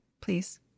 please